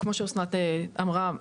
כמו שאסנת אמרה,